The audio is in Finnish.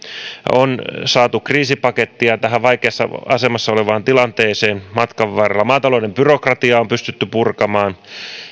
on saatu kriisipakettia vaikeassa asemassa olevien tilanteeseen matkan varrella maatalouden byrokratiaa on pystytty purkamaan